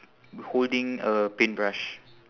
holding a paintbrush